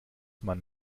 man